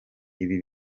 ibi